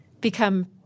become